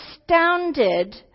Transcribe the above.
astounded